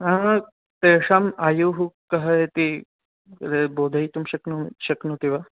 नाम तेषाम् आयुः कः इति बोधयितुं शक्नु शक्नोति वा